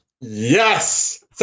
yes